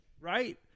right